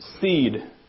seed